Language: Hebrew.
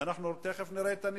ואנחנו תיכף נראה את הנתונים.